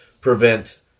prevent